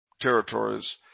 territories